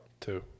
Two